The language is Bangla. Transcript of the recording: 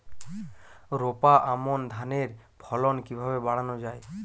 রোপা আমন ধানের ফলন কিভাবে বাড়ানো যায়?